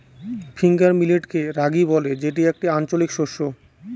finger মিলেটকে রাগি বলে যেটি একটি আঞ্চলিক শস্য